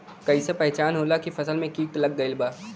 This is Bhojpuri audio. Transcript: कैसे पहचान होला की फसल में कीट लग गईल बा?